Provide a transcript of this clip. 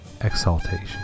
exaltation